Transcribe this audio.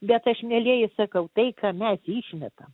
bet aš mielieji sakau tai ką mes išmetam